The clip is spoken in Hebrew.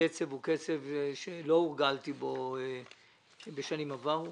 הקצב הוא קצב שלא הורגלתי בו בשנים עברו.